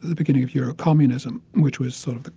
the beginning of eurocommunism, which was sort of the